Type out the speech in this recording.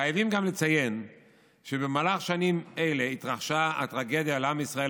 חייבים גם לציין שבמהלך שנים אלה התרחשה טרגדיה לעם ישראל,